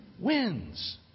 wins